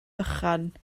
bychan